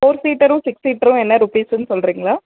four சீட்டரும் six சீட்டரும் என்ன ரூபீஸுன்னு சொல்கிறீங்களா